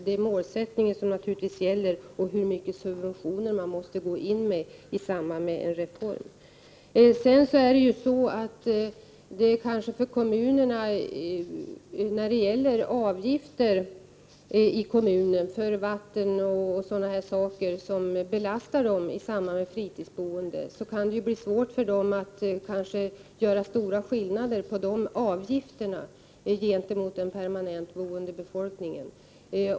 Det är naturligtvis målsättningen som är det viktiga samt hur stora subventioner man måste gå in med i samband med en reform. När det gäller kommunala avgifter för t.ex. vatten, där ju kommunen belastas med stora kostnader i samband med fritidsboende, kan det bli svårt för kommunen att göra stora skillnader gentemot den permanentboende befolkningen.